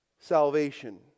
salvation